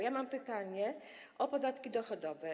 Ja mam pytanie o podatki dochodowe.